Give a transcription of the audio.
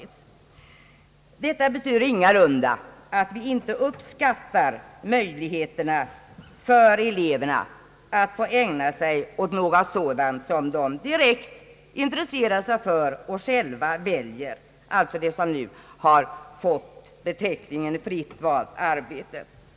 Detta betyder ingalunda, att vi inte uppskattar möjligheterna för eleverna att få ägna sig åt sådant som de direkt intresserar sig för och själva väljer, alltså det som nu fått beteckningen fritt valt arbete.